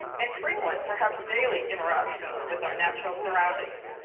and frequent, perhaps daily, interactions with our natural surroundings.